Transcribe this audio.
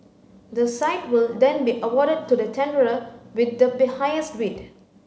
the site will then be awarded to the tenderer with the be highest bid